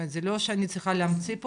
זה לא שאני צריכה להמציא פה.